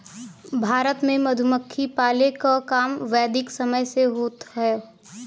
भारत में मधुमक्खी पाले क काम वैदिक समय से होत हौ